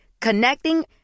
Connecting